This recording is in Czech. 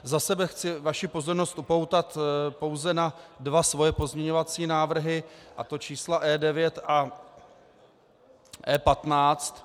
Za sebe chci vaši pozornost upoutat pouze na dva svoje pozměňovací návrhy, a to čísla E9 a E15.